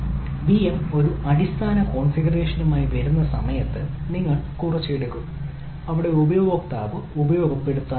VM ഒരു അടിസ്ഥാന കോൺഫിഗറേഷനുമായി വരുന്ന സമയത്ത് നിങ്ങൾ കുറച്ച് എടുക്കും അവിടെ ഉപയോക്താവ് ഉപയോഗപ്പെടുത്താനിടയില്ല